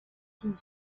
tige